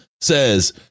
says